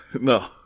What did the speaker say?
No